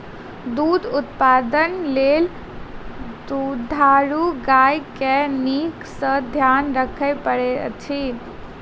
दूध उत्पादन लेल दुधारू गाय के नीक सॅ ध्यान राखय पड़ैत अछि